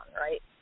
right